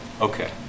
Okay